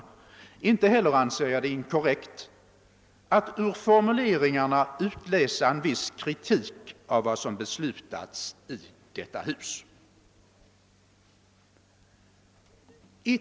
Inte heller anser jag det vara inkorrekt att ur formuleringarna utläsa en viss kritik mot vad som beslutats i detta hus.